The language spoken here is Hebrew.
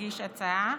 הגיש הצעה,